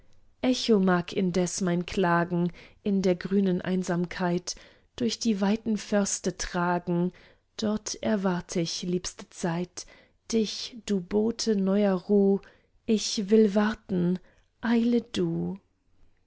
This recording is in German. echo mag indes mein klagen in der grünen einsamkeit durch die weiten förste tragen dort erwart ich liebste zeit dich du bote neuer ruh ich will warten eile du